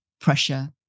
pressure